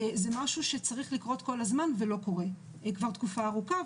זה משהו שצריך להיות כל הזמן ולא קורה כבר תקופה ארוכה.